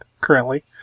currently